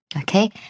okay